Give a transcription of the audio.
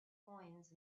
coins